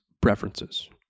preferences